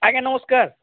ଆଜ୍ଞା ନମସ୍କାର